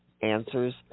answers